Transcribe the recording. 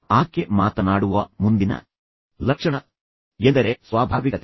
ಆಕೆ ಮಾತನಾಡುವ ಮುಂದಿನ ಲಕ್ಷಣವೆಂದರೆ ಸ್ವಾಭಾವಿಕತೆ